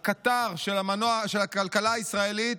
הקטר של הכלכלה הישראלית,